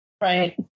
Right